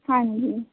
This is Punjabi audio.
ਹਾਂਜੀ